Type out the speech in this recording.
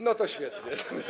No to świetnie.